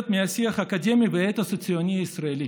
מהשיח האקדמי ומהאתוס הציוני הישראלי.